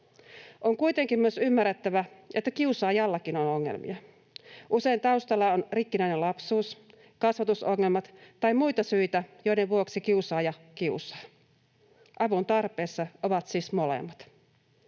On kuitenkin myös ymmärrettävä, että kiusaajallakin on ongelmia. Usein taustalla on rikkinäinen lapsuus, kasvatusongelmia tai muita syitä, joiden vuoksi kiusaaja kiusaa. Avun tarpeessa ovat siis molemmat.